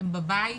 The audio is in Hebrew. הם בבית